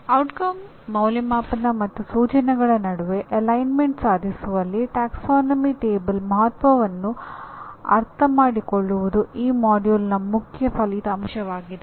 ಪರಿಣಾಮಗಳು ಅಂದಾಜುವಿಕೆ ಮತ್ತು ಸೂಚನೆಗಳ ನಡುವೆ ಅಲೈನ್ಮೆಂಟ್ ಸಾಧಿಸುವಲ್ಲಿ ಪ್ರವರ್ಗ ಕೋಷ್ಟಕದ ಮಹತ್ವವನ್ನು ಅರ್ಥಮಾಡಿಕೊಳ್ಳುವುದು ಈ ಪಠ್ಯಕ್ರಮದ ಮುಖ್ಯ ಪರಿಣಾಮವಾಗಿದೆ